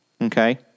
Okay